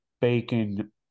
bacon